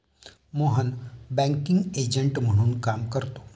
Mohan banking agent म्हणून काम करतो